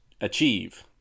achieve